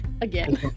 Again